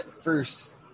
first